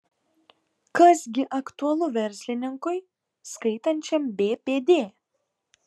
kas gi aktualu verslininkui skaitančiam bpd